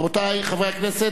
רבותי חברי הכנסת,